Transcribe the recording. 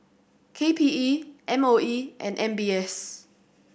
K P E M O E and M B S